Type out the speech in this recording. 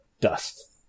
dust